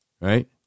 right